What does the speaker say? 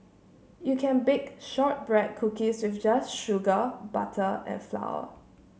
you can bake shortbread cookies just with sugar butter and flour